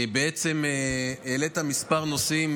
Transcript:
בעצם העלית מספר נושאים,